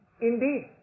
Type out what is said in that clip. indeed